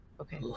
Okay